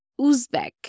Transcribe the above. Uzbek